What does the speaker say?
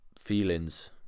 feelings